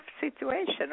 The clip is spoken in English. situation